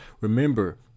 Remember